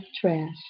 trash